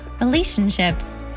relationships